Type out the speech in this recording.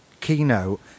keynote